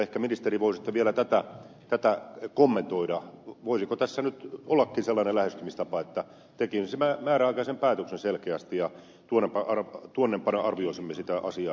ehkä ministeri voi sitten vielä tätä kommentoida voisiko tässä nyt ollakin sellainen lähestymistapa että tekisimme määräaikaisen päätöksen selkeästi ja tuonnempana arvioisimme sitä asiaa edelleen